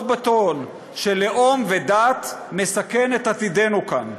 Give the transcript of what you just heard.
בטון של לאום ודת מסכן את עתידנו כאן.